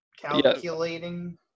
calculating